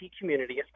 community